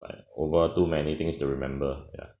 but over too many things to remember ya